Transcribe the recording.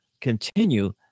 continue